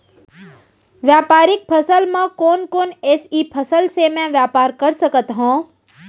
व्यापारिक फसल म कोन कोन एसई फसल से मैं व्यापार कर सकत हो?